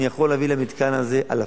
אני יכול להביא למתקן הזה אלפים.